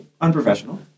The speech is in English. unprofessional